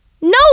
No